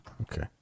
Okay